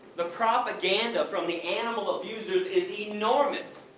the propaganda from the animal abusers is enormous!